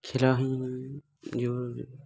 ଖେଳ ହିଁ ଜୀବନରେ